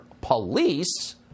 police